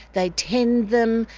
they tend them,